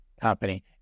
company